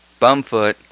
Bumfoot